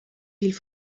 villes